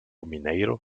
mineiro